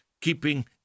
keeping